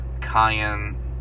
cayenne